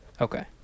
okay